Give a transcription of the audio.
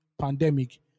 pandemic